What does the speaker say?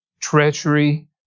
treachery